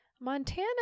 Montana